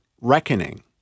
Reckoning